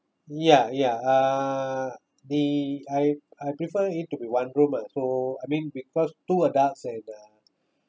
ya ya uh the I I prefer it to be one room uh so I mean because two adults and uh